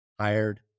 hired